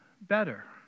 better